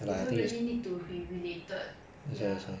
you don't really need to be related ya